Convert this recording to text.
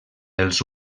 els